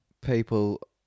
people